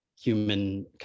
human